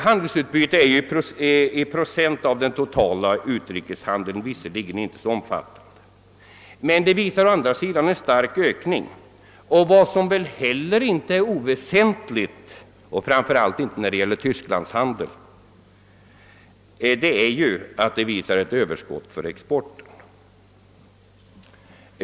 Räknat i procent av den totala utrikeshandeln är handelsutbytet av rätt liten omfattning men visar å andra sidan en stark ökning. Vad som inte heller är oväsentligt, framför allt inte när det gäller tysklandshandeln, är att exporten där visar överskott.